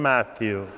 Matthew